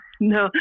No